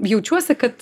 jaučiuosi kad